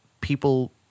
people